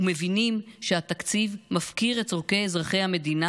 ומבינים שהתקציב מפקיר את צורכי אזרחי המדינה